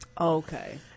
Okay